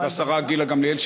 והשרה גילה גמליאל,